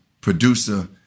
producer